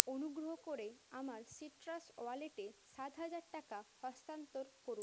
অনুগ্রহ করে আমার সিট্রাস ওয়ালেটে সাত হাজার টাকা হস্তান্তর করুন